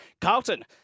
Carlton